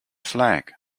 flag